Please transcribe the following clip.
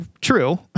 true